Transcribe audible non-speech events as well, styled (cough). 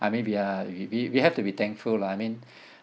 I mean we are we we have to be thankful lah I mean (breath)